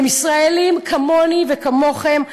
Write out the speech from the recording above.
הם ישראלים כמוני וכמוכם,